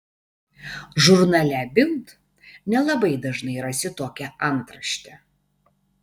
žurnale bild nelabai dažnai rasi tokią antraštę